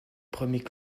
premiers